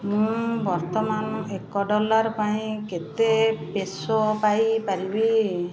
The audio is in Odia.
ମୁଁ ବର୍ତ୍ତମାନ ଏକ ଡଲାର ପାଇଁ କେତେ ପେସୋ ପାଇପାରିବି